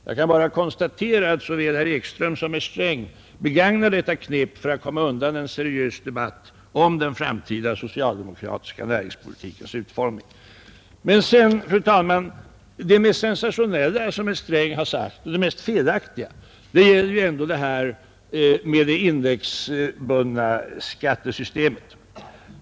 Jag kan bara konstatera att såväl herr Palme som herr Sträng begagnar detta knep för att komma undan en seriös debatt om den framtida socialdemokratiska näringspolitikens utformning. Men, fru talman, det mest sensationella herr Sträng har sagt och det mest felaktiga gäller ändå det indexbundna skattesystemet.